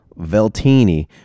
Veltini